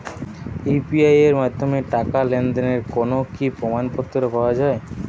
UPI এর মাধ্যমে টাকা লেনদেনের কোন কি প্রমাণপত্র পাওয়া য়ায়?